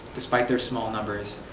despite their small numbers,